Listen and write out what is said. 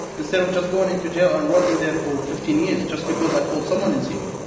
instead of just going into jail and rotting there for fifteen years just because i called someone in syria.